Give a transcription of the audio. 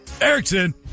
Erickson